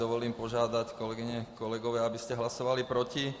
Dovolím si vás požádat, kolegyně, kolegové, abyste hlasovali proti.